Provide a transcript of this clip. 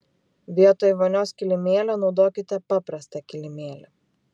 vietoj vonios kilimėlio naudokite paprastą kilimėlį